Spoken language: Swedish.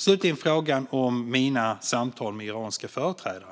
Slutligen, när det gäller frågan om mina samtal med iranska företrädare,